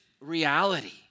reality